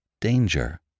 danger